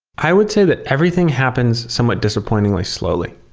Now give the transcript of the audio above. i would say that everything happens somewhat disappointingly slowly.